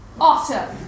awesome